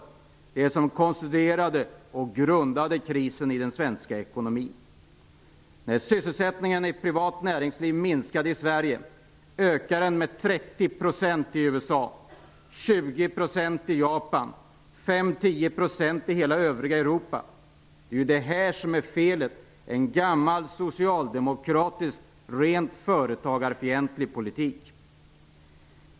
Det var det som konstituerade, grundade, krisen i den svenska ekonomin. Japan och 5-10 % i övriga Europa. Felet är alltså att vi haft en gammal socialdemokratisk rent företagarfientlig politik.